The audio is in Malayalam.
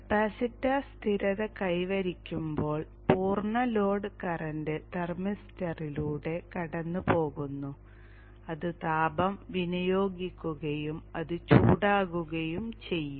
കപ്പാസിറ്റർ സ്ഥിരത കൈവരിക്കുമ്പോൾ പൂർണ്ണ ലോഡ് കറന്റ് തെർമിസ്റ്ററിലൂടെ കടന്നുപോകുന്നു അത് താപം വിനിയോഗിക്കുകയും അത് ചൂടാകുകയും ചെയ്യും